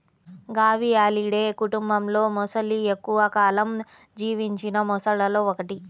గవియాలిడే కుటుంబంలోమొసలి ఎక్కువ కాలం జీవించిన మొసళ్లలో ఒకటి